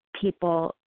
people